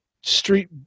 street